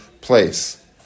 place